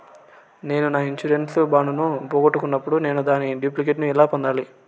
నేను నా insurance bond ను పోగొట్టుకున్నప్పుడు నేను దాని డూప్లికేట్ ను ఎలా పొందాలి?